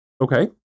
Okay